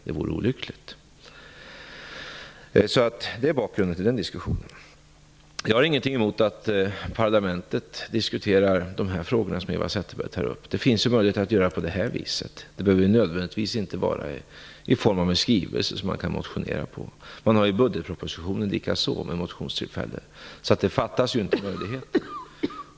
Det vore olyckligt. Det är bakgrunden till denna diskussion. Jag har ingenting emot att riksdagen diskuterar de frågor som Eva Zetterberg tar upp. Det finns möjlighet att göra det på det här viset. Det behöver inte nödvändigtvis ske på grundval av en skrivelse som man kan motionera på. Också budgetpropositionen ger motionstillfällen. Det fattas alltså inte möjligheter.